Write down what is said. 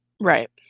Right